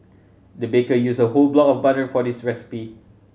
the baker used a whole block of butter for this recipe